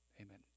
amen